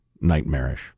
Nightmarish